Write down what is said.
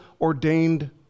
ordained